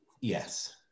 Yes